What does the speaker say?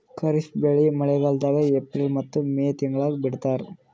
ಖಾರಿಫ್ ಬೆಳಿ ಮಳಿಗಾಲದಾಗ ಏಪ್ರಿಲ್ ಮತ್ತು ಮೇ ತಿಂಗಳಾಗ ಬಿತ್ತತಾರ